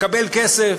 מקבל כסף,